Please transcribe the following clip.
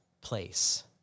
place